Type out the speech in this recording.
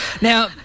Now